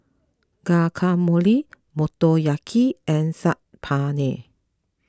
Guacamole Motoyaki and Saag Paneer